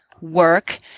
work